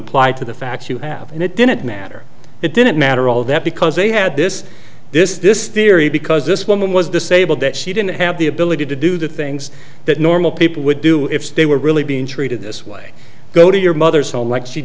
applied to the facts you have and it didn't matter it didn't matter all that because they had this this this theory because this woman was disabled that she didn't have the ability to do the things that normal people would do if they were really being treated this way go to your mother's home like she